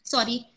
Sorry